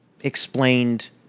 explained